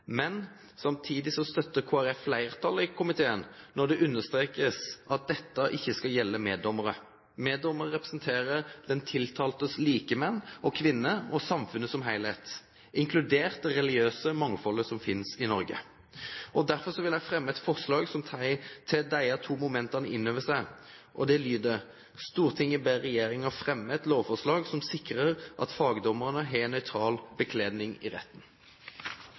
Men samtidig støtter Kristelig Folkeparti flertallet i komiteen når det understrekes at dette ikke skal gjelde meddommere. Meddommere representerer den tiltaltes likemenn og -kvinner og samfunnet som helhet, inkludert det religiøse mangfoldet som finnes i Norge. Derfor vil jeg fremme et forslag som tar disse to momentene inn over seg. Det lyder: «Stortinget ber regjeringen fremme et lovforslag som sikrer at fagdommere har en nøytral bekledning i retten.»